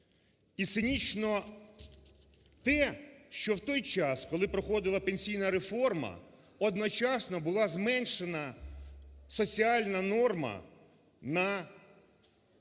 І цинічно те, що в той час, коли проходила пенсійна реформа, одночасно була зменшена соціальна норма на